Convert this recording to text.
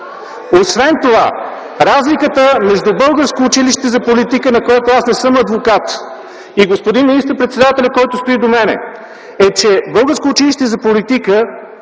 Освен това, разликата между Българско училище за политика, на което аз не съм адвокат, и господин министър-председателят, който стои до мене, е че Българско училище за политика,